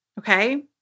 Okay